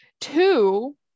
two